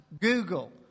Google